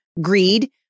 Greed